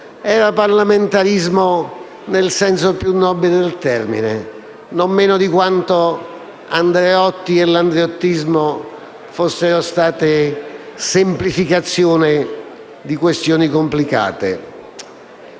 era parlamentarismo nel senso più nobile del termine, non meno di quanto Andreotti e l'andreottismo fossero stati semplificazioni di questioni complicate.